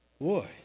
Boy